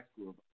school